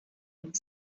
und